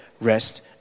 rest